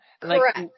Correct